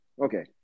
Okay